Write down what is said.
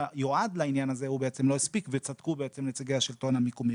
יועד לעניין הזה לא הספיק וצדקו נציגי השלטון המקומי.